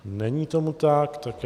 Není tomu tak.